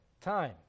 time